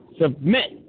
submit